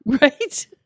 Right